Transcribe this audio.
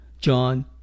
John